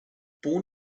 born